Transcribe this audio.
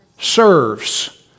Serves